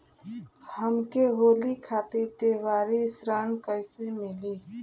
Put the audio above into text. हमके होली खातिर त्योहारी ऋण कइसे मीली?